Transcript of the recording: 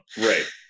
Right